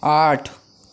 आठ